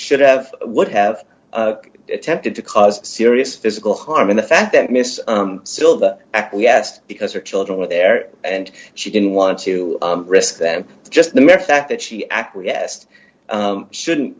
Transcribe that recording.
should have would have attempted to cause serious physical harm in the fact that mr silva acquiesced because her children were there and she didn't want to risk than just the mere fact that she acquiesced shouldn't